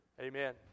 Amen